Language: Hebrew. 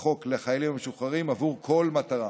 בחוק לחיילים המשוחררים עבור כל מטרה.